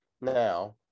now